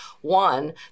One